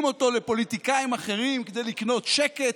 אותו לפוליטיקאים אחרים כדי לקנות שקט,